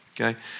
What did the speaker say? okay